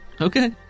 Okay